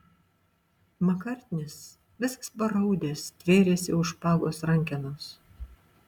makartnis visas paraudęs stvėrėsi už špagos rankenos